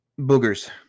boogers